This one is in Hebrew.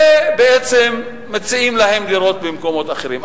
ובעצם מציעים להם דירות במקומות אחרים.